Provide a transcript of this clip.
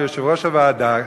ויושב-ראש הוועדה,